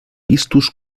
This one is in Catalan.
vistos